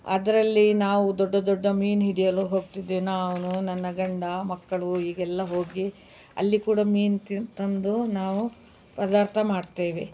ಅದರಲ್ಲಿ ನಾವು ದೊಡ್ಡ ದೊಡ್ಡ ಮೀನು ಹಿಡಿಯಲು ಹೋಗ್ತಿದ್ದೆವು ನಾವು ನನ್ನ ಗಂಡ ಮಕ್ಕಳು ಹೀಗೆಲ್ಲ ಹೋಗಿ ಅಲ್ಲಿ ಕೂಡ ಮೀನು ತಿಂ ತಂದು ನಾವು ಪದಾರ್ಥ ಮಾಡ್ತೇವೆ